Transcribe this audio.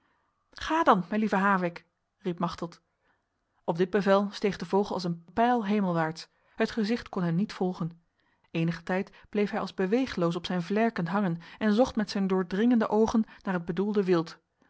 ga dan mijn lieve havik riep machteld op dit bevel steeg de vogel als een pijl hemelwaarts het gezicht kon hem niet volgen enige tijd bleef hij als beweegloos op zijn vlerken hangen en zocht met zijn doordringende ogen naar het bedoelde wild